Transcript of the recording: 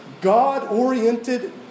God-oriented